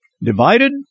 divided